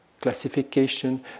classification